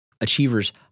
achievers